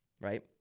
right